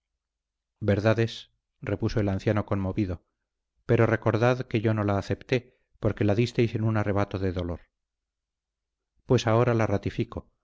es repuso el anciano conmovido pero recordad que yo no la acepté porque la disteis en un arrebato de dolor pues ahora la ratifico